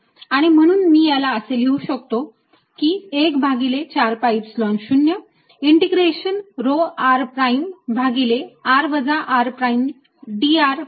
आणि म्हणून मी याला असे लिहू शकतो की 1 भागिले 4 pi epsilon 0 integration rho r prime भागिले r वजा r प्राईम dr प्राईम